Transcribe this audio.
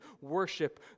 worship